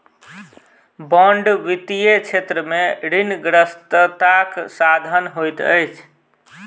bond वित्तीय क्षेत्र में ऋणग्रस्तताक साधन होइत अछि